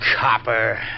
copper